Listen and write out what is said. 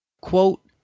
Quote